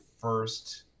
first